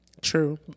True